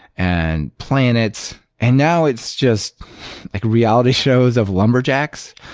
and planets. and now it's just like reality shows of lumberjacks.